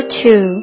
two